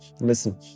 Listen